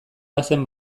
bazen